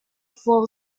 few